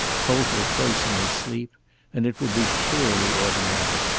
hold her close in his sleep and it would be purely automatic,